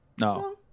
no